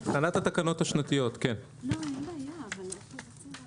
להבנתי כן, אבל אנחנו יכולים לצאת להתייעץ על זה.